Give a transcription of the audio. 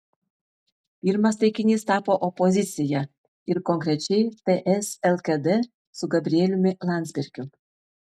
pirmas taikinys tapo opozicija ir konkrečiai ts lkd su gabrieliumi landsbergiu